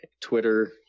Twitter